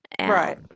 Right